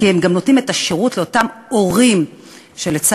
כי הם גם נותנים את השירות לאותם הורים,